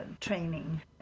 training